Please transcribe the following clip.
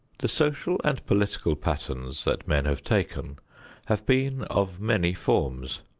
the social and political patterns that men have taken have been of many forms.